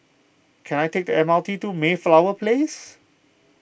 can I take the M R T to Mayflower Place